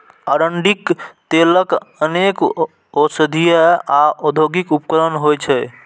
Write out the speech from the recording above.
अरंडीक तेलक अनेक औषधीय आ औद्योगिक उपयोग होइ छै